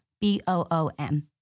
B-O-O-M